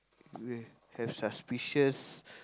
have suspicious